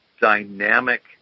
dynamic